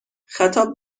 خطاب